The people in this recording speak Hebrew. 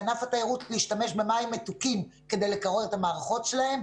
לענף התיירות להשתמש במים מתוקים כדי לקרר את המערכות שלהם?